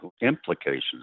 implications